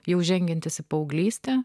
jau žengiantys į paauglystę